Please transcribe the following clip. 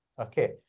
Okay